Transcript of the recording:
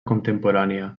contemporània